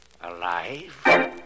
alive